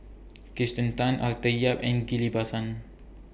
Kirsten Tan Arthur Yap and Ghillie BaSan